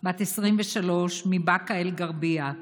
בת 23, מבאקה אל-גרבייה,